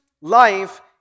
life